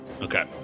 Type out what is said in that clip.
Okay